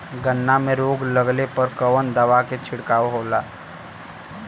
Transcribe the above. गन्ना में रोग लगले पर कवन दवा के छिड़काव होला?